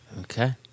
Okay